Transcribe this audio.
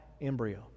embryo